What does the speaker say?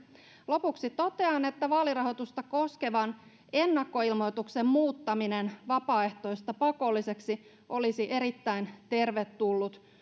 lopuksi totean että vaalirahoitusta koskevan ennakkoilmoituksen muuttaminen vapaaehtoisesta pakolliseksi olisi erittäin tervetullut